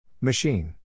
Machine